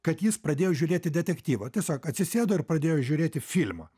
kad jis pradėjo žiūrėti detektyvą tiesiog atsisėdo ir pradėjo žiūrėti filmą